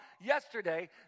yesterday